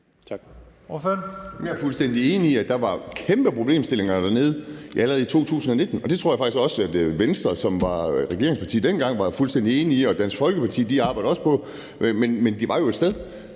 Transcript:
Jeg er fuldstændig enig i, at der var kæmpe problemstillinger dernede allerede i 2019, og det tror jeg faktisk også at Venstre, som var regeringsparti dengang, er fuldstændig enige i. Dansk Folkeparti arbejder også på det. Men de var jo et sted.